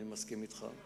אני מסכים אתך.